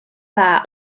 dda